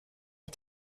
auf